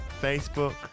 Facebook